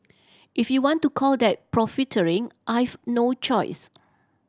if you want to call that profiteering I've no choice